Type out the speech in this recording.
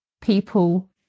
people